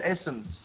essence